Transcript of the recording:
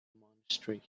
monastery